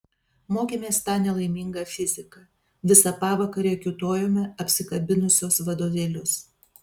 mokėmės tą nelaimingą fiziką visą pavakarę kiūtojome apsikabinusios vadovėlius